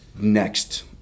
next